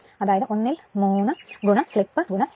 അതായത് ഒന്നിൽ മൂന്ന് സ്ലിപ് 8